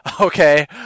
okay